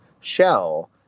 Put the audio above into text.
shell